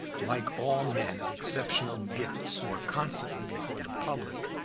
like all men of exceptional gifts who are constantly before the public,